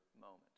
moment